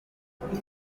bamaze